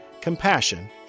compassion